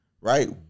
right